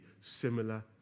similar